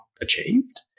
achieved